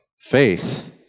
faith